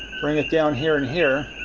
bring it down here and here,